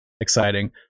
exciting